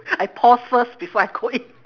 I pause first before I go in